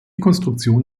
konstruktion